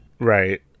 right